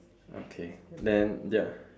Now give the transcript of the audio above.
okay then ya